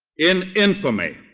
in infamy.